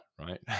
right